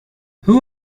who